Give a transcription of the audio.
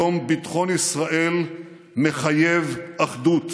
היום ביטחון ישראל מחייב אחדות.